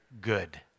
good